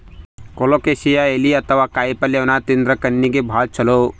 colocasia ಎಲಿ ಅಥವಾ ಕಾಯಿಪಲ್ಯ ಉಣಾದ್ರಿನ್ದ ಕಣ್ಣಿಗ್ ಭಾಳ್ ಛಲೋ